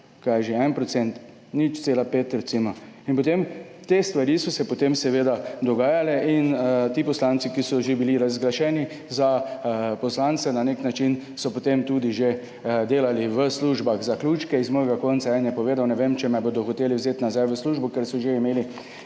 kaj, je že 1 %, 0,5 % in potem te stvari so se potem seveda dogajale in ti poslanci, ki so že bili razglašeni za poslance na nek način so potem tudi že delali v službah zaključke iz mojega konca, en je povedal, ne vem, če me bodo hoteli vzeti nazaj v službo, ker so že imeli